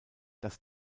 dass